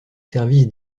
service